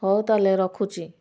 ହଉ ତାହାହେଲେ ରଖୁଛି